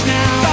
now